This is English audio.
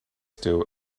still